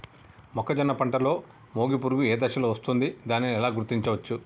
మొక్కజొన్న పంటలో మొగి పురుగు ఏ దశలో వస్తుంది? దానిని ఎలా గుర్తించవచ్చు?